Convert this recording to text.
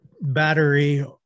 battery